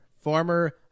former